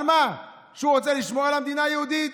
על מה, שהוא רוצה לשמור על המדינה היהודית?